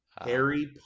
Harry